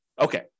okay